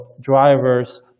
drivers